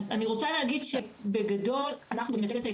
אני רוצה להגיד שבגדול אנחנו אני מייצגת את